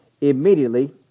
Immediately